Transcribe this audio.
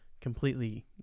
completely